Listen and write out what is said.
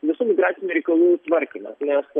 visų migracinių reikalų tvarkymas nes